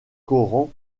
coran